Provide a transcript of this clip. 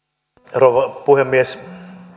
rouva puhemies